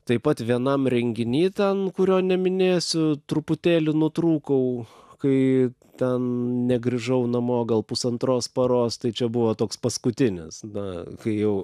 taip pat vienam renginy ten kurio neminėsiu truputėlį nutrūkau kai ten negrįžau namo gal pusantros paros tai čia buvo toks paskutinis na kai jau